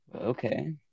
Okay